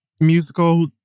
musical